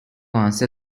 answer